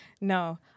No